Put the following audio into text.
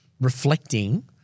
reflecting